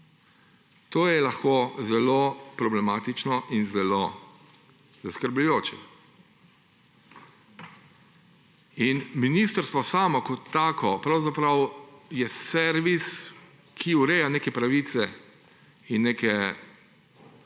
To je lahko zelo problematično in zelo zaskrbljujoče. In ministrstvo samo kot tako je pravzaprav servis, ki ureja neke pravice in neke